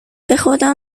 بخدا